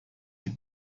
die